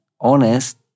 honest